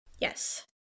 Yes